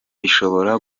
bishobora